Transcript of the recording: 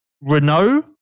Renault